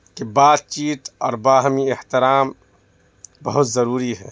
کہ بات چیت اور باہمی احترام بہت ضروری ہے